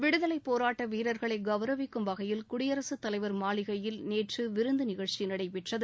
விடுதலைப் போராட்ட வீரர்களை கௌரவிக்கும் வகையில் குடியரசுத் தலைவர் மாளிகையில் நேற்று விருந்து நிகழ்ச்சி நடைபெற்றது